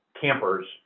campers